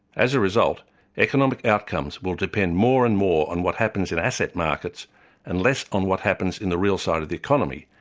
as a result economic outcomes will depend more and more on what happens in asset markets and less on what happens in the real side of the economy,